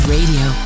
Radio